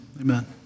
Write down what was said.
amen